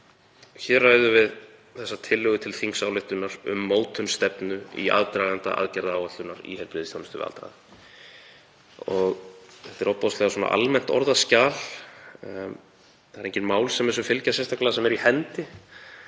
Hér ræðum við þessa tillögu til þingsályktunar um mótun stefnu í aðdraganda aðgerðaáætlunar í heilbrigðisþjónustu við aldraða og þetta er ofboðslega almennt orðað skjal. Það eru engin mál sem þessu fylgja sérstaklega sem eru í hendi.